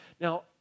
Now